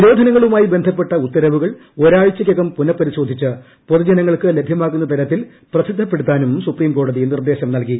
നിരോധനങ്ങളുമായി ബന്ധപ്പെട്ട ഉത്തരവുകൾ ഒരാഴ്ചയ്ക്കകം പുനഃപരിശോധിച്ച് പൊതുജനങ്ങൾക്ക് ലഭ്യമാകുന്ന തരത്തിൽ പ്രസിദ്ധപ്പെടുത്താനും സുപ്രീംകോടതി നിർദ്ദേശം നൽകി